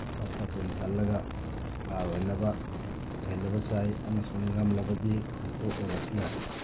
ꯄꯠꯊ ꯄꯨꯝꯊꯍꯜꯂꯒ ꯍꯥꯔ ꯑꯣꯏꯅꯕ ꯂꯩꯍꯜꯂꯕꯁꯨ ꯌꯥꯏ ꯑꯃꯁꯨꯡ ꯉꯝꯂꯕꯗꯤ ꯈꯨꯟꯇꯣꯛꯂꯒꯁꯨ ꯌꯥꯏ